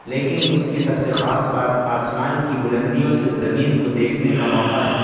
لیکن اس کی سب سے خاص بات آسمان کی بلندیوں سے زمین کو دیکھنے کا موقع ہے